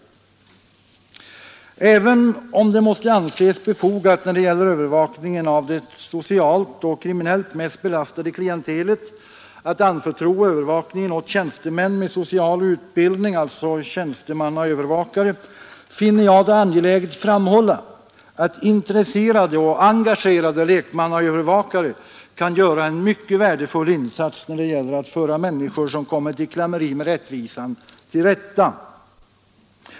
Även om det måste anses befogat att övervakningen av det socialt och utbildning — alltså tjänstemannaövervakare — finner jag det angeläget Torsdagen den framhålla att intresserade och engagerade lekmannaövervakare kan göra 26 april 1973 en mycket värdefull insats för att föra människor som kommit i —=——— klammeri med rättvisan till rätta.